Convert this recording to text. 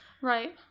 Right